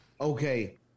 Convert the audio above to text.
Okay